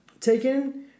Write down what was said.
taken